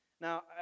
Now